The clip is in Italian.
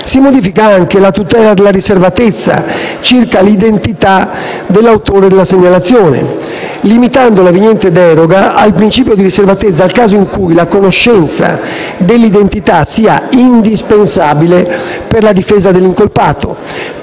Si modifica anche la tutela della riservatezza circa l'identità dell'autore della segnalazione, limitando la vigente deroga al principio di riservatezza al caso in cui la conoscenza dell'identità sia indispensabile per la difesa dell'incolpato,